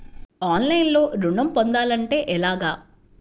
ఆన్లైన్లో ఋణం పొందాలంటే ఎలాగా?